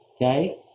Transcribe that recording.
okay